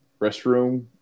restroom